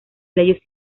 leyes